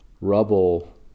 rubble